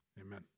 amen